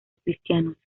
cristianos